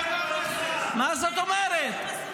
מה זאת אומרת?